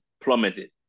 plummeted